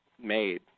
made